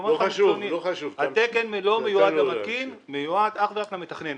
אומר לך --- התקן אינו מיועד למתקין אלא אך ורק למתכנן.